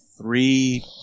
three